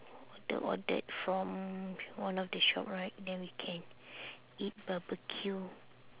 the ordered from one of the shop right then we can eat barbeque